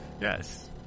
Yes